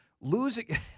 Losing